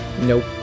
Nope